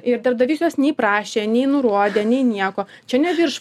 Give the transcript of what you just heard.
ir darbdavys jos nei prašė nei nurodė nei nieko čia ne virš